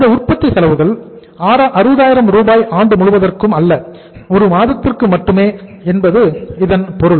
இந்த உற்பத்தி செலவுகள் 60000 ரூபாய் ஆண்டு முழுவதற்கும் அல்ல ஒரு மாதத்திற்கு மட்டுமே என்பது இதன் பொருள்